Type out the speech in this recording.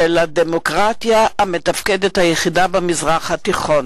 של הדמוקרטיה המתפקדת היחידה במזרח התיכון.